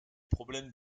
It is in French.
problème